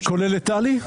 זה כולל את טלי?